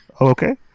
Okay